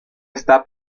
está